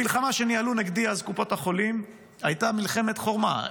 המלחמה שניהלו נגדי אז קופות החולים הייתה מלחמת חורמה.